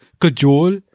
cajole